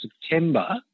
September